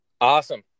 Awesome